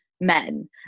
men